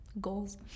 Goals